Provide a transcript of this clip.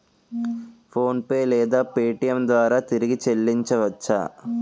PhonePe లేదా Paytm ద్వారా తిరిగి చల్లించవచ్చ?